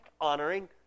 honoring